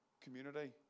community